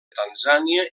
tanzània